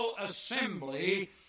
assembly